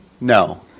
No